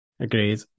Agreed